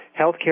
healthcare